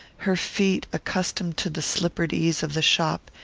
her feet, accustomed to the slippered ease of the shop,